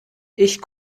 ich